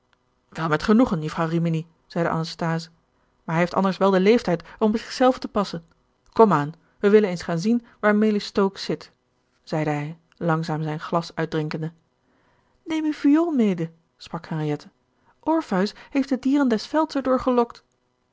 wel met genoegen jufvrouw rimini zeide anasthase maar hij heeft anders wel den leeftijd om op zich zelven te passen kom aan wij willen eens gaan zien waar melis stoke zit zeide hij langzaam zijn glas uitdrinkende neem uw viool mede sprak henriette orpheus heeft de dieren des velds er door gelokt